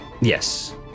Yes